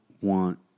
want